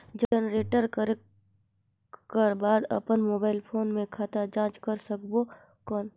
Generate करक कर बाद अपन मोबाइल फोन मे खाता जांच कर सकबो कौन?